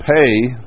pay